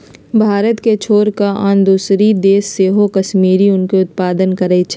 भारत के छोर कऽ आन दोसरो देश सेहो कश्मीरी ऊन के उत्पादन करइ छै